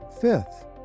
Fifth